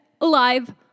alive